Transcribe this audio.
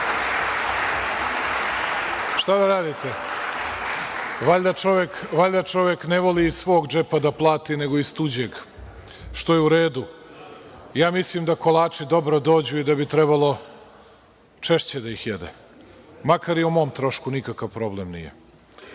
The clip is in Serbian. Šta da radite, valjda čovek ne voli iz svog džepa da plati nego iz tuđeg, što je u redu. Ja mislim da kolači dobro dođu i da bi trebalo češće da ih jede, makar i o mom trošku, nikakav problem